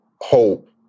hope